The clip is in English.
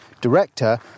director